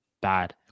bad